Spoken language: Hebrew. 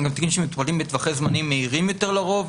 הם גם תיקים שמטופלים בטווחי זמנים מהירים יותר לרוב.